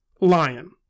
Lion